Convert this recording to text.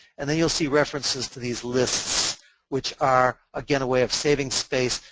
and then you'll see references to these lists which are again a way of saving space.